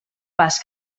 pas